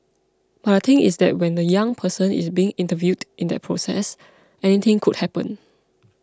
but the thing is that when the young person is being interviewed in that process anything could happen